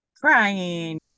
crying